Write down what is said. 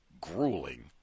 grueling